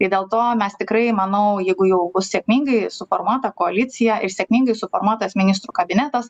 ir dėl to mes tikrai manau jeigu jau bus sėkmingai suformuota koalicija ir sėkmingai suformuotas ministrų kabinetas